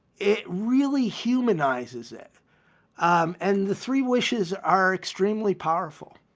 it really humanizes it um and the three wishes are extremely powerful.